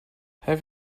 have